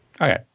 Okay